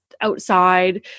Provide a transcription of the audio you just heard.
outside